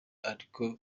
ariko